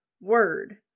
word